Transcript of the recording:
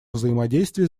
взаимодействие